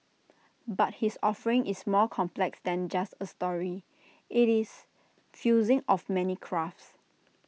but his offering is more complex than just A story IT is fusing of many crafts